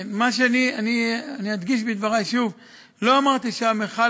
אני אדגיש בדברי שוב: לא אמרתי שהמכל